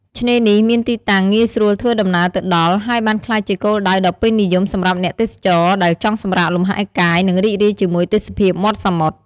ឆ្នេរនេះមានទីតាំងងាយស្រួលធ្វើដំណើរទៅដល់ ហើយបានក្លាយជាគោលដៅដ៏ពេញនិយមសម្រាប់អ្នកទេសចរដែលចង់សម្រាកលម្ហែកាយ និងរីករាយជាមួយទេសភាពមាត់សមុទ្រ។